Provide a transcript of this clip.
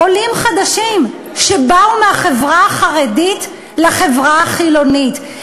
עולים חדשים שבאו מהחברה החרדית לחברה החילונית,